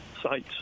sites